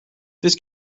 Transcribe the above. this